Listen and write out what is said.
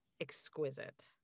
exquisite